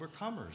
overcomers